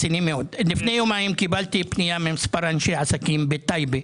לפני יומיים קיבלתי פנייה ממספר אנשי עסקים בטייבה,